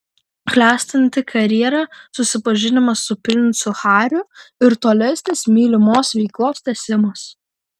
klestinti karjera susipažinimas su princu hariu ir tolesnis mylimos veiklos tęsimas